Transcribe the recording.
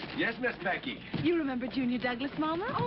yes, miss becky! you remember junior douglas, mama.